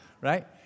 right